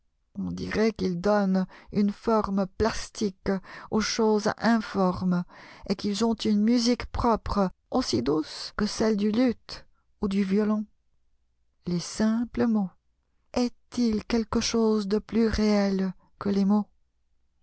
on dirait qu'ils donnent une forme plastique aux choses informes et qu'ils ont une musique propre aussi douce que celle du luth ou du violon les simples mots est-il quelque chose de plus réel que les mots